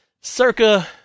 Circa